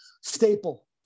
staple